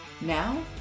Now